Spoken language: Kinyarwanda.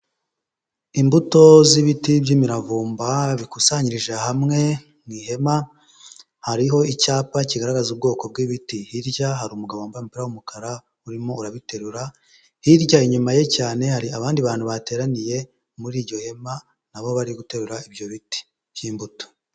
Imbuto z'ibiti by'imiravumba bikusanyirije hamwe mu ihema, hariho icyapa kigaragaza ubwoko bw'ibiti. Hirya hari umugabo wambaye umupiwa w'umukara urimo urabiterura, hirya inyuma ye cyane hari abandi bantu bateraniye muri iryo hema, na bo bari guterura ibyo biti by'imbuto.